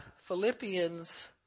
Philippians